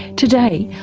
today,